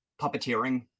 puppeteering